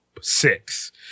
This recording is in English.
six